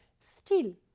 still,